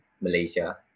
Malaysia